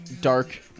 Dark